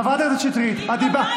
תסבירי למה לא באנגלית.